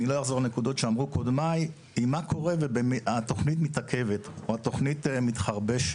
היא מה קורה במידה והתוכנית מתעכבת או מתחרבשת?